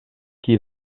qui